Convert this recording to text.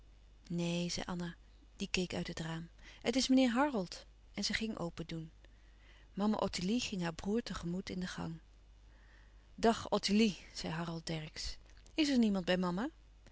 neen zei anna die keek uit het raam het is meneer harold en zij ging open doen mama ottilie ging haar broêr te gemoet in de gang dag ottilie zei harold dercksz is er niemand bij mama